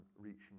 reaching